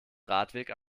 radweg